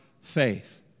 faith